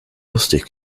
lustig